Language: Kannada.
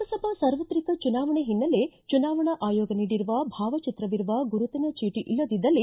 ಲೋಕಸಭಾ ಸಾರ್ವತ್ರಿಕ ಚುನಾವಣೆ ಹಿನ್ನೆಲೆ ಚುನಾವಣಾ ಆಯೋಗ ನೀಡಿರುವ ಭಾವಚಿತ್ರವಿರುವ ಗುರುತಿನ ಚೀಟ ಇಲ್ಲದಿದ್ದಲ್ಲಿ